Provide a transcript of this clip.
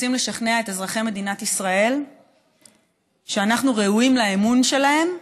רוצים לשכנע את אזרחי מדינת ישראל שאנחנו ראויים לאמון שלהם,